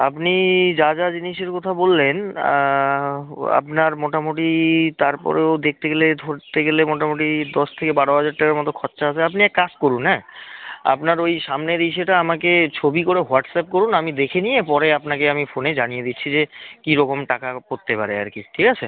আপনি যা যা জিনিসের কথা বললেন আপনার মোটামোটি তারপরেও দেখতে গেলে ধরতে গেলে মোটামুটি দশ থেকে বারো হাজার টাকার মতো খরচা হবে আপনি এক কাজ করুন হ্যাঁ আপনার ওই সামনের ইসেটা আমাকে ছবি করে হোয়াটস অ্যাপ করুন আমি দেখি নিয়ে পরে আপনাকে আমি ফোনে জানিয়ে দিচ্ছি যে কী রকম টাকা পড়তে পারে আর কী ঠিক আছে